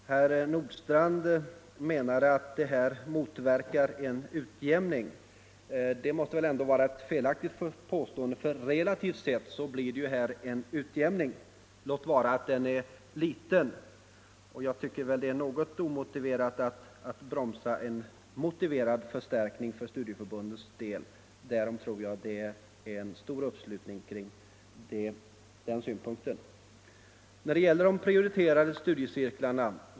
Herr Nordstrandh menade att det motverkar en utjämning. Det måste väl ändå vara ett felaktigt påstående, för relativt sett blir det ju här en utjämning — låt vara att den är liten. Jag tycker att det är något omotiverat att bromsa en motiverad förstärkning för studieförbundens del. Kring den synpunkten tror jag att det finns en rätt allmän uppslutning. Den andra punkten där utskottet avviker från propositionens förslag gäller de prioriterade studiecirklarna.